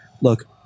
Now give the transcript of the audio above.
Look